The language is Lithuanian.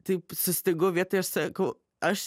taip sustingau vietoje aš sakau aš